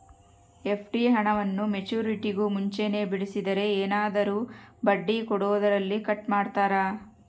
FD ಹಣವನ್ನು ಮೆಚ್ಯೂರಿಟಿಗೂ ಮುಂಚೆನೇ ಬಿಡಿಸಿದರೆ ಏನಾದರೂ ಬಡ್ಡಿ ಕೊಡೋದರಲ್ಲಿ ಕಟ್ ಮಾಡ್ತೇರಾ?